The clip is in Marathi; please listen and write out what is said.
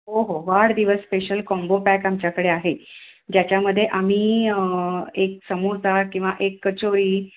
हो हो वाढदिवस स्पेशल कॉम्बो पॅक आमच्याकडे आहे ज्याच्यामध्ये आम्ही एक समोसा किंवा एक कचोरी